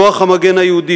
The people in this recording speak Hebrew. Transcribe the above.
כוח המגן היהודי,